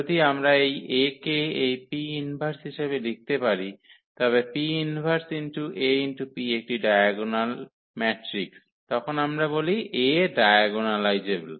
যদি আমরা এই A কে এই P−1 হিসাবে লিখতে পারি তবে P−1𝐴𝑃 একটি ডায়াগোনাল ম্যাট্রিক্স তখন আমরা বলি A ডায়াগোনালাইজেবল